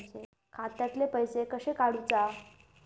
खात्यातले पैसे कशे काडूचा?